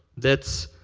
that's